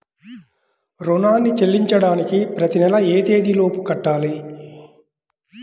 రుణాన్ని చెల్లించడానికి ప్రతి నెల ఏ తేదీ లోపు కట్టాలి?